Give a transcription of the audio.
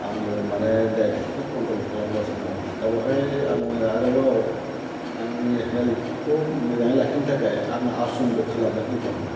आङो माने दायबेटिसखौ कन्ट्र'ल खालामगासिनो दङ दा बेवहाय आङो आरोबाव आंनि हेल्थखौ मोजाङै लाखिनो थाखाय आङो आसनबो खालामो खैथामान